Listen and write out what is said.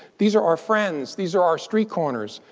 these are our friends, these are our street corners,